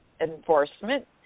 enforcement